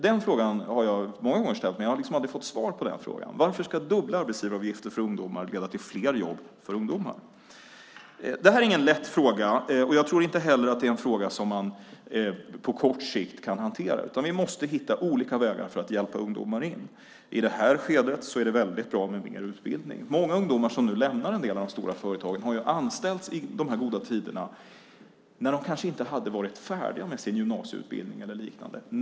Jag har ställt den frågan många gånger men aldrig fått svar. Varför ska dubbla arbetsgivaravgifter för ungdomar leda till fler jobb för ungdomar? Det här är ingen lätt fråga, och jag tror inte heller att det är en fråga som man på kort sikt kan hantera. Vi måste hitta olika vägar för att hjälpa ungdomar in. I det här skedet är det bra med mer utbildning. Många ungdomar som lämnar en del av de stora företagen har anställts i de goda tiderna när de kanske inte var färdiga med sin gymnasieutbildning eller liknande.